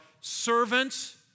servants